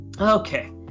okay